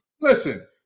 Listen